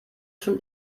schon